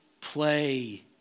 play